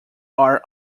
are